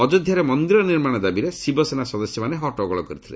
ଅଯୋଧ୍ୟାରେ ମନ୍ଦିର ନିର୍ମାଣ ଦାବିରେ ଶିବସେନା ସଦସ୍ୟମାନେ ହଟ୍ଟଗୋଳ କରିଥିଲେ